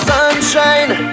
Sunshine